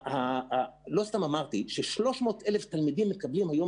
לא סתם אמרתי ש-300,000 תלמידים מקבלים היום